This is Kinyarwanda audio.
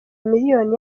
miliyoni